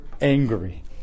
angry